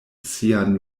sian